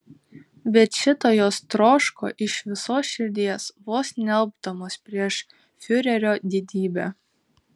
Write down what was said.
bet šito jos troško iš visos širdies vos nealpdamos prieš fiurerio didybę